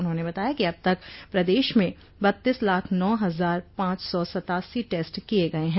उन्होंने बताया कि अब तक प्रदेश में बत्तीस लाख नौ हजार पांच सौ सत्तासी टेस्ट किये गये हैं